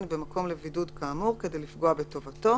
במקום לבידוד כאמור כדי לפגוע בטובתו,